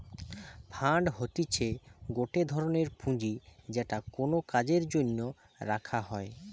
fund হতিছে গটে ধরনের পুঁজি যেটা কোনো কাজের জন্য রাখা হই